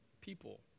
people